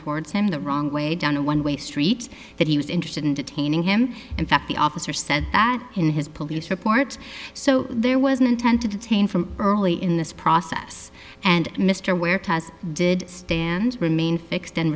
towards him the wrong way down a one way street that he was interested in detaining him in fact the officer said in his police report so there was an intent to detain from early in this process and mr huertas did stand remain fixed and